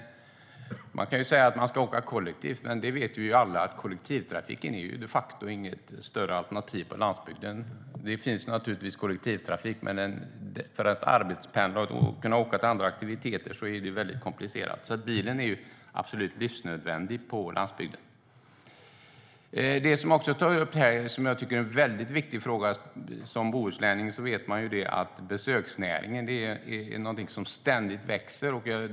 Man kan säga att människor ska åka kollektivt, men vi vet alla att kollektivtrafiken de facto inte är något större alternativ på landsbygden. Det finns naturligtvis kollektivtrafik, men ska man kunna arbetspendla och åka till olika aktiviteter är det väldigt komplicerat. Bilen är absolut livsnödvändig på landsbygden. Det finns en annan väldigt viktig fråga som också tas upp här. Som bohuslänning vet man att besöksnäringen är någonting som ständigt växer.